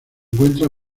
encuentra